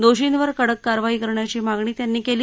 दोषींवर कडक कारवाई करण्याची मागणी त्यांनी केली